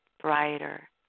brighter